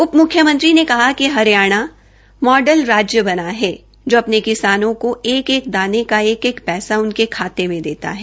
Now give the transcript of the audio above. उप मुख्यमंत्री ने कहा कि हरियाणा मॉडल राज्य बना है जो अपने किसानों को एक एक दाने का एक एक पैसा उनके खाते में देता है